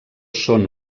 són